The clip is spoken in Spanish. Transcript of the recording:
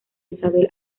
isabel